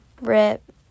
Rip